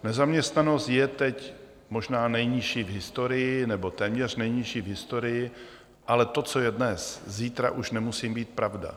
Nezaměstnanost je teď možná nejnižší v historii, nebo téměř nejnižší v historii, ale to, co je dnes, zítra už nemusí být pravda.